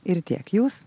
ir tiek jūs